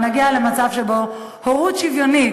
ונגיע למצב שבו ההורות שוויונית,